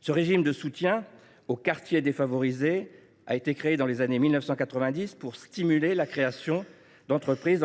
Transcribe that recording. Ce régime de soutien aux quartiers défavorisés a été créé dans les années 1990 pour y stimuler la création d’entreprises.